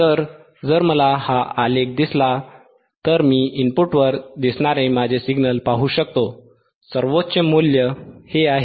तर जर मला हा आलेख दिसला तर मी इनपुटवर दिसणारे माझे सिग्नल पाहू शकतो सर्वोच्च मूल्य हे आहे